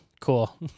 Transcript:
Cool